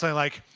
so like,